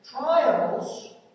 trials